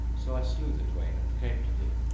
so i slew the twain and came to thee,